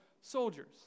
soldiers